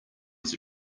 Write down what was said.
was